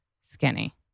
skinny